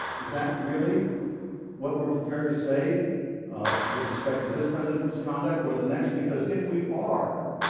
is that really what we are prepared to say with respect to this president's conduct or the next? because if we are,